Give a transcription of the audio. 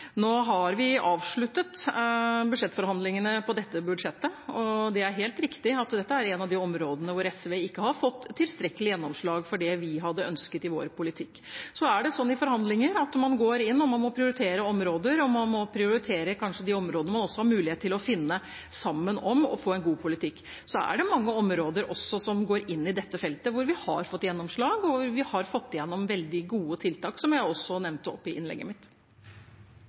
Nå har vi avsluttet forhandlingene om dette budsjettet, og det er helt riktig at dette er et av områdene hvor SV ikke har fått tilstrekkelig gjennomslag for det vi hadde ønsket i vår politikk. Det er sånn i forhandlinger at man går inn og må prioritere områder. Man må kanskje prioritere de områdene man har mulighet til å finne sammen om og få en god politikk på. Det er også mange områder som inngår i dette feltet, hvor vi har fått gjennomslag, og hvor vi har fått gjennom veldig gode tiltak, som jeg også nevnte i innlegget mitt.